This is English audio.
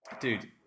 dude